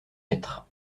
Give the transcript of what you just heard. mètres